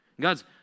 God's